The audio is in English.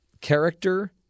Character